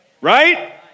Right